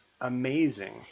amazing